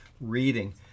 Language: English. reading